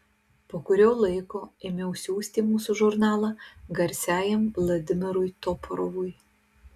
po kurio laiko ėmiau siųsti mūsų žurnalą garsiajam vladimirui toporovui